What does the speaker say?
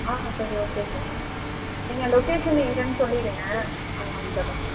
ஆ சரி okay sir நீங்கள் location எங்கேன்னு சொல்லிடுங்க நாங்கள் வந்துடறோம்